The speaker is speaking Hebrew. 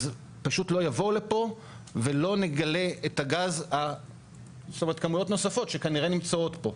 אז פשוט לא יבואו לפה ולא נגלה כמויות נוספות שכנראה נמצאות פה.